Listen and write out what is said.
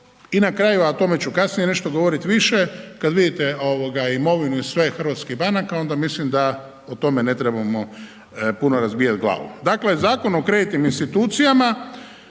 i na kraju a o tome ću kasnije nešto govoriti više kada vidite imovinu i sve hrvatskih banaka onda mislim da o tome ne trebamo puno razbijati glavu. Dakle Zakon o kreditnim institucijama